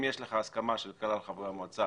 אם יש לך הסכמה של כלל חברי המועצה,